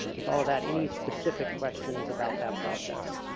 with all of that, any specific questions about that process?